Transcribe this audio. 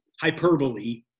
hyperbole